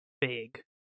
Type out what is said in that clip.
big